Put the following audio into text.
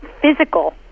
physical